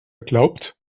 glaubt